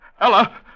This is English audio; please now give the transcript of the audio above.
Ella